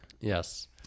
yes